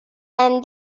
and